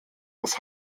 das